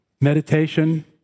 meditation